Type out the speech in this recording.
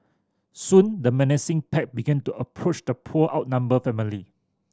soon the menacing pack began to approach the poor outnumbered family